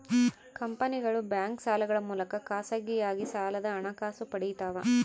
ಕಂಪನಿಗಳು ಬ್ಯಾಂಕ್ ಸಾಲಗಳ ಮೂಲಕ ಖಾಸಗಿಯಾಗಿ ಸಾಲದ ಹಣಕಾಸು ಪಡಿತವ